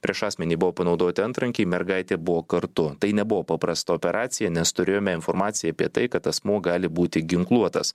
prieš asmenį buvo panaudoti antrankiai mergaitė buvo kartu tai nebuvo paprasta operacija nes turėjome informaciją apie tai kad asmuo gali būti ginkluotas